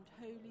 Holy